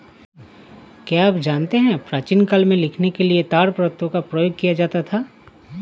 क्या आप जानते है प्राचीन काल में लिखने के लिए ताड़पत्रों का प्रयोग किया जाता था?